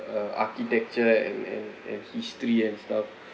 uh architecture and and and history and stuff